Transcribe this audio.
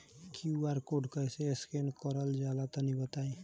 QR code scan कैसे क़रल जला तनि बताई?